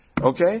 Okay